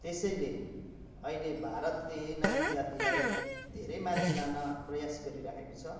र त्यसैले अहिले भारतले नारी जातिलाई धेरै माथि लान प्रयास गरिराखेको छ